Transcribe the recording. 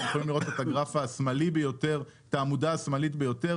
אתם יכולים לראות את העמודה השמאלית ביותר,